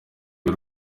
y’u